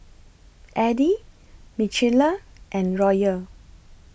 Eddy Michaela and Royal